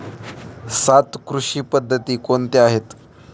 सात कृषी पद्धती कोणत्या आहेत?